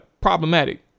problematic